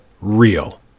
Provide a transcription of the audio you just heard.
real